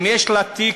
אם יש לה תיק,